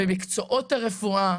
במקצועות הרפואה.